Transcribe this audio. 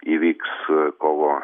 įvyks kovo